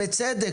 בצדק,